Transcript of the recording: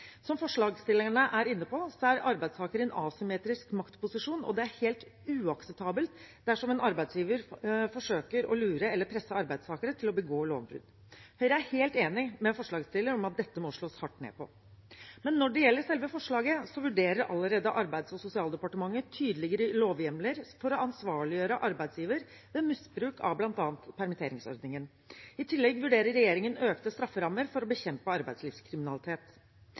Som forslagsstillerne er inne på, er arbeidstakere i en asymmetrisk maktposisjon, og det er helt uakseptabelt dersom en arbeidsgiver forsøker å lure eller presse arbeidstakere til å begå lovbrudd. Høyre er helt enig med forslagsstillerne i at dette må slås hardt ned på. Men når det gjelder selve forslaget, så vurderer allerede Arbeids- og sosialdepartementet tydeligere lovhjemler for å ansvarliggjøre arbeidsgiver ved misbruk av bl.a. permitteringsordningen. I tillegg vurderer regjeringen økte strafferammer for å bekjempe arbeidslivskriminalitet.